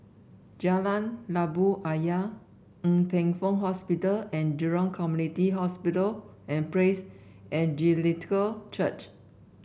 Jalan Labu Ayer Ng Teng Fong Hospital and Jurong Community Hospital and Praise Evangelical Church